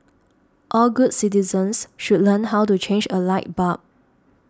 all good citizens should learn how to change a light bulb